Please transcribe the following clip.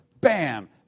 Bam